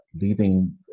leaving